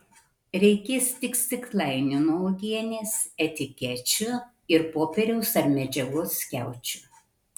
reikės tik stiklainių nuo uogienės etikečių ir popieriaus ar medžiagos skiaučių